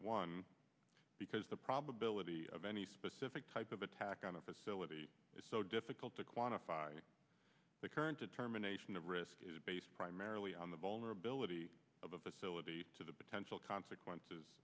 one because the probability of any specific type of attack on a facility is so difficult to quantify the current determination of risk is based primarily on the vulnerability of the syllabi to the potential consequences